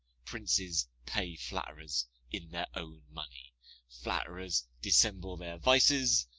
princes pay flatterers in their own money flatterers dissemble their vices,